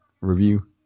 review